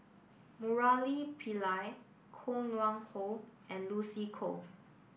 Murali Pillai Koh Nguang How and Lucy Koh